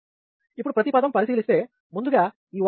ఇప్పుడు ప్రతి పదం పరిశీలిస్తే ముందుగా ఈ ఒక్క దాన్ని తీసుకుందాం